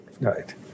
Right